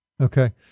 Okay